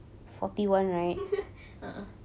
ah ah